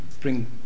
bring